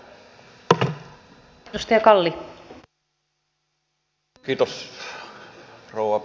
rouva puhemies